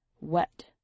wet